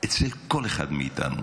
אצל כל אחד מאיתנו,